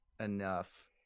enough